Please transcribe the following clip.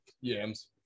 Yams